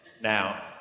now